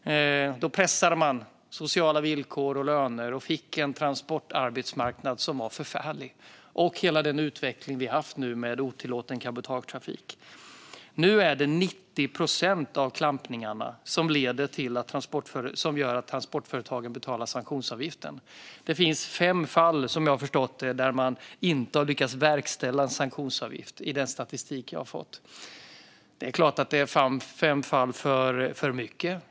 Då pressade man sociala villkor och löner och fick en transportarbetsmarknad som var förfärlig och hela den utveckling vi sett nu med otillåten cabotagetrafik. Nu leder 90 procent av klampningarna till att transportföretagen betalar sanktionsavgiften. Det finns, som jag har förstått det av den statistik jag har fått, fem fall där man inte har lyckats verkställa betalning av sanktionsavgift. Det är klart att det är fem fall för mycket.